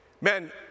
Men